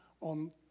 on